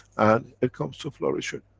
and it comes to flourishing.